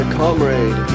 comrade